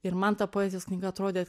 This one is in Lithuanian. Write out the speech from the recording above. ir man ta poezijos knyga atrodė